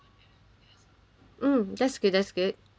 mm that's good that's good